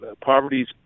poverty's